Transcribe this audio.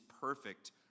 perfect